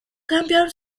campeón